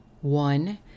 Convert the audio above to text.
One